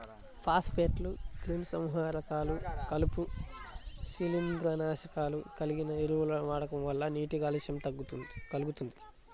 ఫాస్ఫేట్లు, క్రిమిసంహారకాలు, కలుపు, శిలీంద్రనాశకాలు కలిగిన ఎరువుల వాడకం వల్ల నీటి కాలుష్యం కల్గుతుంది